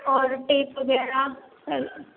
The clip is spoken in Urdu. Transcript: اور ٹیپ وغیرہ سر